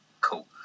cool